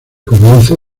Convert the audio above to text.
comienzo